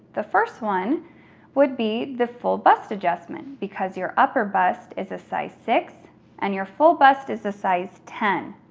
the first one would be the full bust adjustment because your upper bust is a size six and your full bust is a size ten.